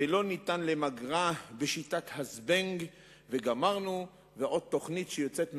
ולא ניתן למגרה בשיטת ה"זבנג וגמרנו" ועוד תוכנית שיוצאת מהמגירה.